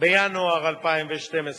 בינואר 2012,